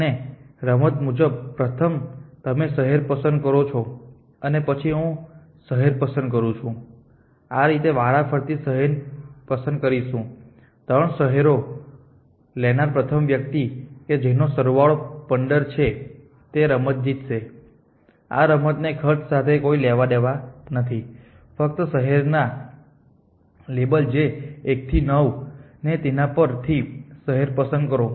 અને રમત મુજબ પ્રથમ તમે શહેર પસંદ કરો છો અને પછી હું શહેર પસંદ કરું છું આ રીતે વારાફરતી શહેર પસંદ કરીશું અને 3 શહેરો લેનારા પ્રથમ વ્યક્તિ કે જેનો સરવાળો 15 છે તે રમત જીતે છે આ રમત ને ખર્ચ સાથે કોઈ લેવાદેવા નથી ફક્ત શહેરના લેબલ જે 1 થી 9 ને તેના પરથી શહેર ને પસંદ કરો